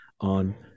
on